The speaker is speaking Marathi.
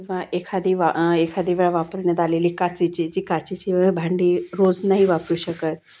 वा एखादेवा एखादेवेळा वापरण्यात आलेली काचेची जी काचेची भांडी रोज नाही वापरू शकत